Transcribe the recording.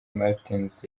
martins